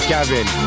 Gavin